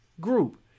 group